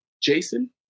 Jason